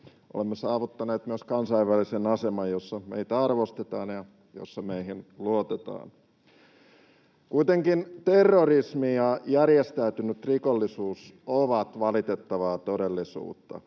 Olemme saavuttaneet myös kansainvälisen aseman, jossa meitä arvostetaan ja jossa meihin luotetaan. Kuitenkin terrorismi ja järjestäytynyt rikollisuus ovat valitettavaa todellisuutta.